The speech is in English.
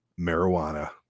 marijuana